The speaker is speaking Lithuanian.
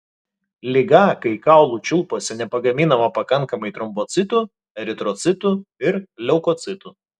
liga kai kaulų čiulpuose nepagaminama pakankamai trombocitų eritrocitų ir leukocitų